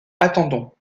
attendons